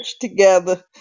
together